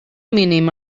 mínim